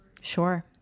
Sure